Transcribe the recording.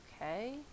okay